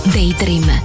Daydream